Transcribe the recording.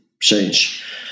change